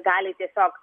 gali tiesiog